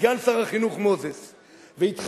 סגן שר החינוך מוזס והתחנן,